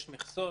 יש מכסות